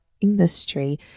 industry